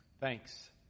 thanks